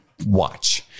watch